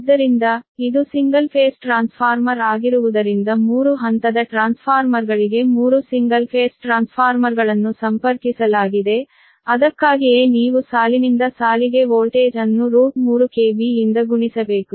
ಆದ್ದರಿಂದ ಇದು single phase transformer ಆಗಿರುವುದರಿಂದ ಥ್ರೀ ಫೇಸ್ ಟ್ರಾನ್ಸ್ಫಾರ್ಮರ್ಗಳಿಗೆ ಮೂರು ಸಿಂಗಲ್ ಫೇಸ್ ಟ್ರಾನ್ಸ್ಫಾರ್ಮರ್ಗಳನ್ನು ಸಂಪರ್ಕಿಸಲಾಗಿದೆ ಅದಕ್ಕಾಗಿಯೇ ನೀವು ಸಾಲಿನಿಂದ ಸಾಲಿಗೆ ವೋಲ್ಟೇಜ್ ಅನ್ನು KV ಯಿಂದ ಗುಣಿಸಬೇಕು